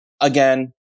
Again